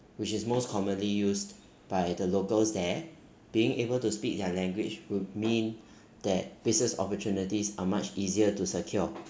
which is most commonly used by the locals there being able to speak their language would mean that business opportunities are much easier to secure